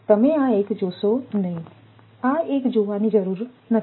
તમે આ 1 જોશો નહીં આ 1 જોવાની જરૂર નથી